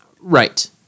Right